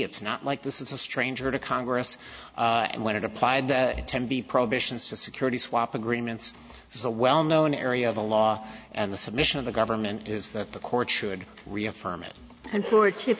it's not like this is a stranger to congress and when it applied tenby prohibitions to security swap agreements is a well known area of the law and the submission of the government is that the court should reaffirm it and for a kid